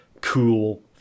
cool